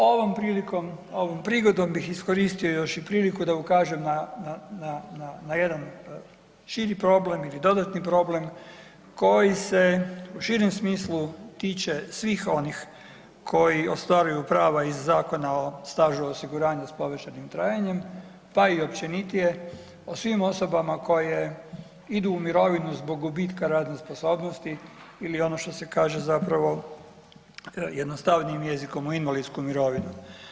Ovom prilikom, ovom prigodom još iskoristio još i priliku da ukažem na, na, na, na jedan širi problem ili dodatni problem koji se u širem smislu tiče svih onih koji ostvaruju prava iz Zakona o stažu osiguranja s povećanim trajanjem pa i općenitije o svim osobama koje idu u mirovinu zbog gubitka radne sposobnosti ili ono što se kaže zapravo jednostavnijim jezikom u invalidsku mirovinu.